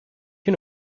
can